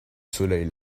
soleil